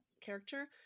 character